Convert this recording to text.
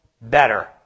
better